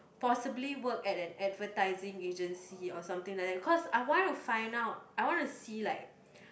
possibly work at an advertising agency or something like that because I want to find out I want to see like